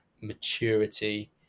maturity